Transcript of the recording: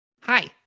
Hi